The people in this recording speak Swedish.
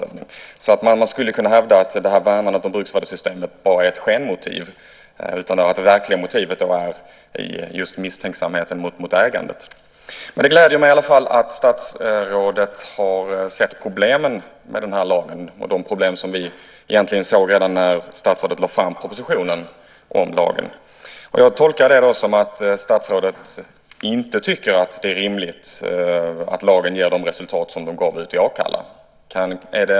Man skulle kunna hävda att värnandet om bruksvärdessystemet bara är ett skenmotiv, och att det verkliga motivet är att man är misstänksam mot ägande. Det gläder mig i alla fall att statsrådet har sett problemen med lagen. Dessa problem såg vi redan när statsrådet lade fram propositionen om lagen. Jag tolkar det som att statsrådet inte tycker att det är rimligt att lagen ger de resultat som den gav i Akalla.